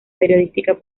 periodística